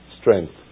strength